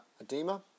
edema